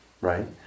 right